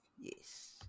Yes